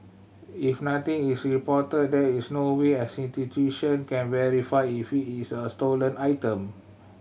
if nothing is reported there is no way an institution can verify if is a stolen item